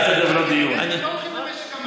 לסגור את משק המים,